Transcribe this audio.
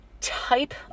type